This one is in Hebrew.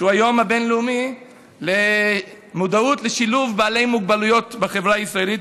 שהוא היום הבין-לאומי למודעות לשילוב בעלי מוגבלויות בחברה הישראלית,